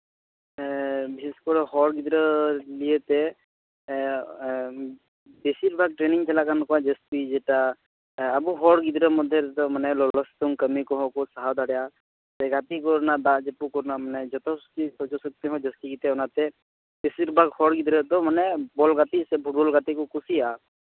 ᱵᱤᱥᱮᱥ ᱠᱚᱨᱮ ᱦᱚᱲ ᱜᱤᱫᱽᱨᱟᱹ ᱱᱤᱭᱟᱹᱛᱮ ᱵᱮᱥᱤᱨ ᱵᱷᱟᱜᱽ ᱴᱨᱮᱱᱤᱝ ᱪᱟᱞᱟᱜ ᱠᱟᱱ ᱛᱟᱠᱚᱣᱟ ᱡᱟᱹᱥᱛᱤ ᱡᱮᱴᱟ ᱟᱵᱚ ᱦᱚᱲ ᱜᱤᱫᱽᱨᱟᱹ ᱢᱚᱫᱽᱫᱷᱮ ᱨᱮᱫᱚ ᱢᱟᱱᱮ ᱞᱚᱞᱚ ᱥᱤᱛᱩᱝ ᱠᱟᱹᱢᱤ ᱠᱚᱦᱚᱸ ᱠᱚ ᱥᱟᱦᱟᱣ ᱫᱟᱲᱮᱭᱟᱜᱼᱟ ᱥᱮ ᱜᱟᱛᱮ ᱠᱚᱨᱮᱱᱟᱜ ᱫᱟᱜ ᱡᱟᱹᱯᱩᱫ ᱠᱚᱨᱮᱱᱟᱜ ᱡᱚᱛᱚ ᱜᱮ ᱥᱚᱡᱡᱚ ᱥᱚᱠᱛᱤ ᱦᱚᱸ ᱡᱟᱹᱥᱛᱤ ᱜᱮᱛᱟᱭᱟ ᱚᱱᱟᱛᱮ ᱵᱮᱥᱤᱨ ᱵᱷᱟᱜᱽ ᱦᱚᱲ ᱜᱤᱫᱽᱨᱟᱹ ᱫᱚ ᱢᱟᱱᱮ ᱵᱚᱞ ᱜᱟᱛᱮᱜ ᱥᱮ ᱯᱷᱩᱴᱵᱚᱞ ᱜᱟᱛᱮᱜ ᱠᱚ ᱠᱩᱥᱤᱭᱟᱜᱼᱟ